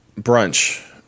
brunch